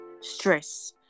stress